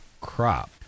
crop